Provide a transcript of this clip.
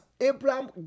Abraham